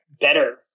better